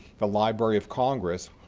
the library of congress,